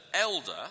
elder